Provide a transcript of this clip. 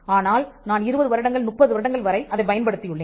ஆனால் நான் 20 வருடங்கள் 30 வருடங்கள் வரை அதைப் பயன்படுத்தியுள்ளேன்